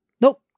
nope